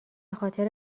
خاطر